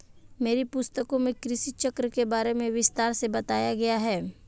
मेरी पुस्तकों में कृषि चक्र के बारे में विस्तार से बताया गया है